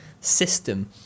system